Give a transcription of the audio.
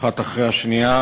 אחת אחרי השנייה.